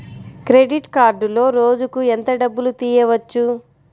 Credit కార్డులో రోజుకు ఎంత డబ్బులు తీయవచ్చు?